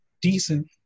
decent